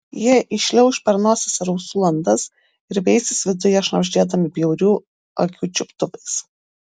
jie įšliauš per nosies ir ausų landas ir veisis viduje šnabždėdami bjaurių akių čiuptuvais